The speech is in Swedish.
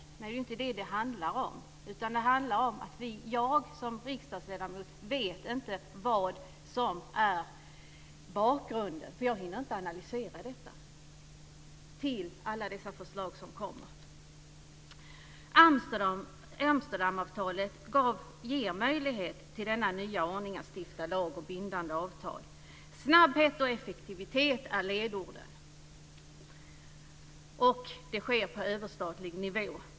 Men det är inte det som det handlar om, utan det handlar om att jag som riksdagsledamot inte vet vad som är bakgrunden, för jag hinner inte analysera alla dessa förslag som kommer. Amsterdamavtalet ger möjlighet till denna nya ordning att stifta lag och bindande avtal. Snabbhet och effektivitet är ledorden. Och det sker på överstatlig nivå.